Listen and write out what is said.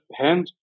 hand